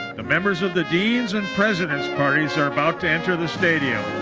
the members of the deans and president's parties are about to enter the stadium.